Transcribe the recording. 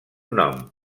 nom